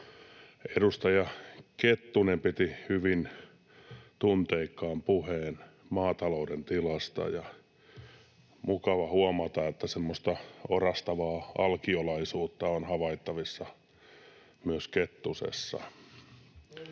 Edustaja Kettunen piti hyvin tunteikkaan puheen maatalouden tilasta. Mukava huomata, että semmoista orastavaa alkio-laisuutta on havaittavissa myös Kettusessa.